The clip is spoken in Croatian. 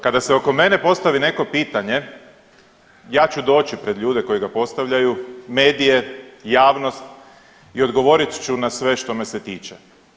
Kada se oko mene postavi neko pitanje, ja ću doći pred ljude koji ga postavljaju, medije, javnost i odgovorit ću na sve što me se tiče.